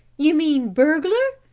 you mean burglar.